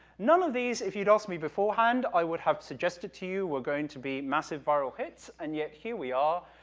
none of these, if you had asked me beforehand, i would have suggested to you were going to be massive viral hits, and yet, here we are.